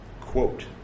quote